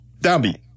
Downbeat